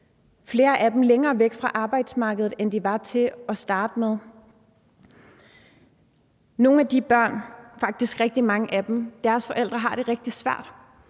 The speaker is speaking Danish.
flere af dem længere væk fra arbejdsmarkedet, end de var til at starte med. Nogle af de børns forældre – faktisk rigtig mange af dem – har det rigtig svært,